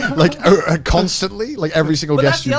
like ah constantly, like every single guest. yeah